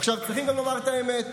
עכשיו, צריכים גם לומר את האמת,